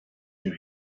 you